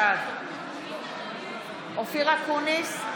בעד אופיר אקוניס,